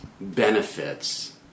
benefits